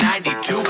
92